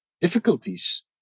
difficulties